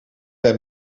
bij